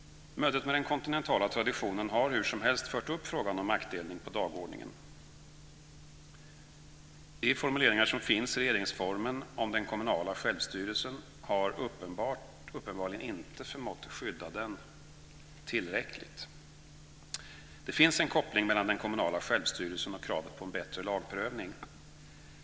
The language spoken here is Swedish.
Mötet med den kontinentala traditionen har hur som helst fört upp frågan om maktdelning på dagordningen. De formuleringar som finns i regeringsformen om den kommunala självstyrelsen har uppenbarligen inte förmått att skydda den tillräckligt. Det finns en koppling mellan den kommunala självstyrelsen och kravet på en bättre lagprövning.